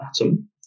atom